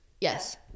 Yes